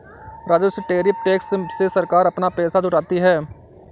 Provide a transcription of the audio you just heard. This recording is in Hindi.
राजस्व टैरिफ टैक्स से सरकार अपना पैसा जुटाती है